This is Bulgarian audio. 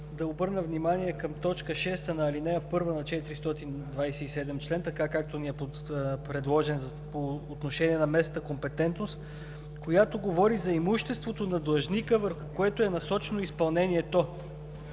да обърна внимание на т. 6, ал. 1 на чл. 427, така както е предложен по отношение на местната компетентност, която говори за имуществото на длъжника, върху което е насочено изпълнението.